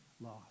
loss